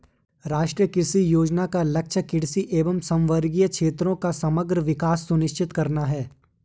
राष्ट्रीय कृषि योजना का लक्ष्य कृषि एवं समवर्गी क्षेत्रों का समग्र विकास सुनिश्चित करना है